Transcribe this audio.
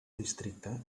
districte